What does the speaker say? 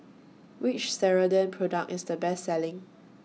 Which Ceradan Product IS The Best Selling